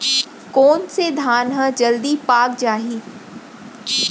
कोन से धान ह जलदी पाक जाही?